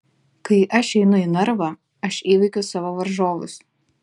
kai aš einu į narvą aš įveikiu savo varžovus